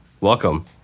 welcome